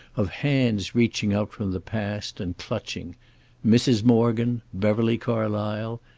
of hands reaching out from the past, and clutching mrs. morgan, beverly carlysle,